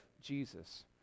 Jesus